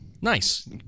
Nice